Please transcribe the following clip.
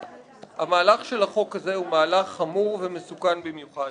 המהלך של החוק הזה הוא מהלך חמור ומסוכן במיוחד.